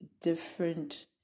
different